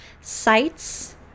sites